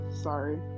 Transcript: Sorry